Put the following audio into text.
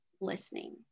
listening